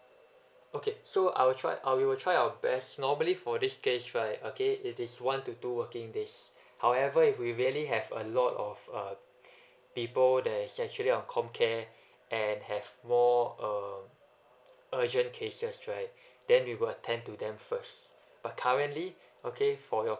okay so I will try I will try our best normally for these case right okay it is one to two working days however if we really have a lot of uh people that is actually on comcare and have more um urgent cases right then we will attend to them first but currently okay for your